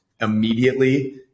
immediately